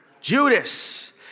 Judas